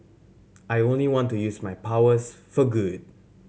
I only want to use my powers for good